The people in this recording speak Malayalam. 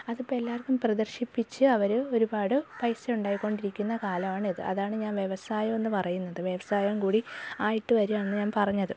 അതിപ്പം എല്ലാവർക്കും പ്രദർശിപ്പിച്ച് അവർ ഒരുപാട് പൈസ ഉണ്ടാക്കിക്കൊണ്ടിരിക്കുന്ന കാലമാണിത് അതാണ് ഞാൻ വ്യവസായം എന്ന് പറയുന്നത് വ്യവസായം കൂടി ആയിട്ട് വരുവാണെന്ന് ഞാൻ പറഞ്ഞത്